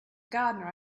gardener